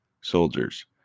soldiers